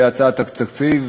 בהצעת התקציב,